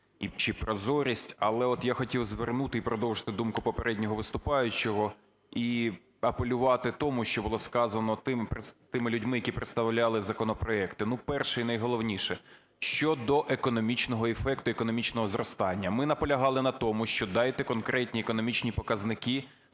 і прозорість. Але я хотів звернути і продовжити думку попереднього виступаючого, і апелювати тому, що було сказано тими людьми, які представляли законопроект. Ну, перше і найголовніше – щодо економічного ефекту, економічного зростання. Ми наполягали на тому, що дайте конкретні економічні показники,